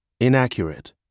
Inaccurate